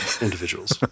individuals